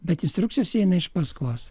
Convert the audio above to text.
bet instrukcijos eina iš paskos